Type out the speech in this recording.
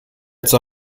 zur